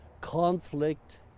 conflict